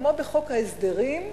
כמו בחוק ההסדרים,